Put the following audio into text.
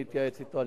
אני אתייעץ אתו.